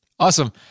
Awesome